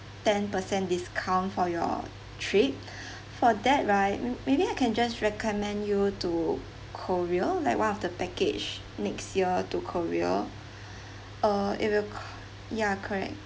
ten percent discount for your trip for that right maybe I can just recommend you to korea like one of the package next year to korea uh it will c~ ya correct